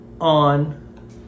on